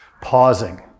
pausing